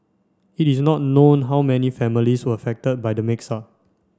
it is not known how many families were affected by the mix up